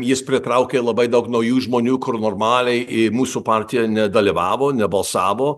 jis pritraukė labai daug naujų žmonių kur normaliai į mūsų partiją nedalyvavo nebalsavo